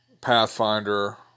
Pathfinder